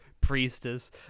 Priestess